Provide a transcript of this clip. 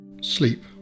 Sleep